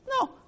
No